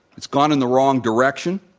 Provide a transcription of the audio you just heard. it's gone in the wrong direction,